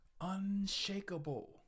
unshakable